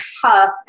tough